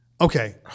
Okay